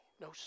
no